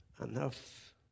enough